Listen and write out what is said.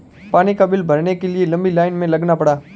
पानी का बिल भरने के लिए लंबी लाईन में लगना पड़ा